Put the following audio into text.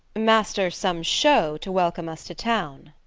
master, some show to welcome us to town.